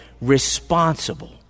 responsible